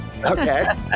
Okay